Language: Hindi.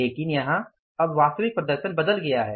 लेकिन यहाँ अब वास्तविक प्रदर्शन बदल गया है